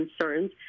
concerns